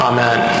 Amen